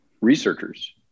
researchers